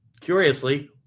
curiously